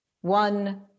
One